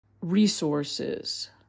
resources